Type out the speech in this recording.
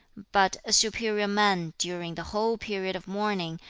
but a superior man, during the whole period of mourning,